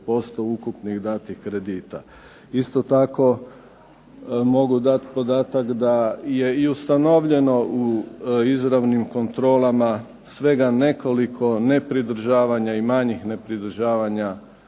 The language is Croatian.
0,05% ukupnih datih kredita. Isto tako mogu dati podatak da je i ustanovljeno u izravnim kontrolama svega nekoliko nepridržavanja i manjih nepridržavanja